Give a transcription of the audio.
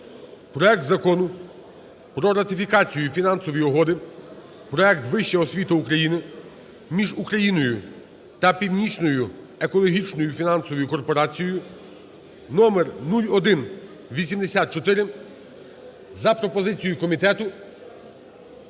проект Закону про ратифікацію Фінансової угоди (Проект "Вища освіта України") між Україною та Північною екологічною фінансовою корпорацією (№ 0184) за пропозицією комітету